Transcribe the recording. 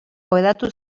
hedatu